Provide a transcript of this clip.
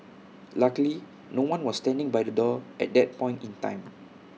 luckily no one was standing by the door at that point in time